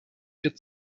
für